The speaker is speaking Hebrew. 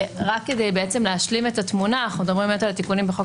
כדי להשלים את התמונה אנחנו מדברים על התיקונים בחוק